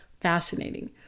fascinating